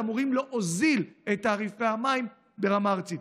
אמורים להוריד את תעריפי המים ברמה ארצית.